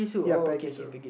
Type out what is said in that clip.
ya Peggy Sue